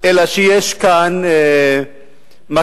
אלא שיש כאן מקארתיזם,